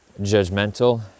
judgmental